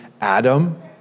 Adam